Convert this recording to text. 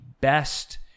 best